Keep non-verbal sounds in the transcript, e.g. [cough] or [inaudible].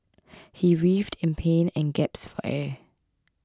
[noise] he writhed in pain and gasped for air